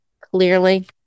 clearly